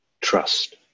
trust